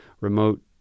remote